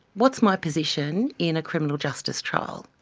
what's my position in a criminal justice trial?